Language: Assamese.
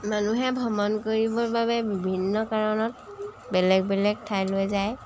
মানুহে ভ্ৰমণ কৰিবৰ বাবে বিভিন্ন কাৰণত বেলেগ বেলেগ ঠাইলৈ যায়